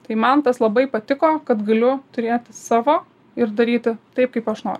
tai man tas labai patiko kad galiu turėti savo ir daryti taip kaip aš noriu